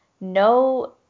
no